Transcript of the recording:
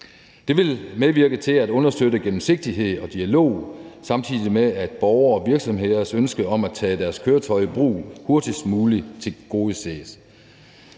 Det vil medvirke til at understøtte gennemsigtighed og dialog, samtidig med at borgeres og virksomheders ønske om at tage deres køretøj i brug hurtigst muligt tilgodeses.